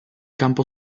campo